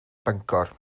bangor